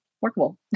workable